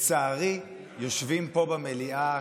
לצערי יושבים פה במליאה